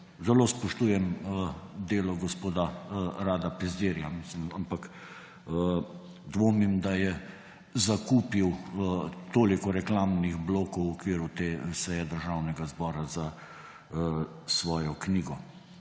zelo spoštujem delo gospoda Rada Pezdirja, ampak dvomim, da je zakupil toliko reklamnih blokov v okviru te seje Državnega zbora za svojo knjigo.